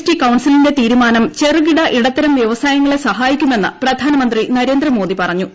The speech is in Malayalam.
ടി കൌൺസിലിന്റെ തീരുമാനം ചെറുകിട ഇടത്തരം വൃവസായങ്ങളെ സഹായിക്കുമെന്ന് പ്രധാനമന്ത്രി നരേന്ദ്രമോദി പറഞ്ഞു